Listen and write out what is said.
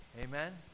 Amen